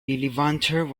levanter